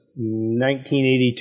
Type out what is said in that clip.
1982